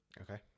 Okay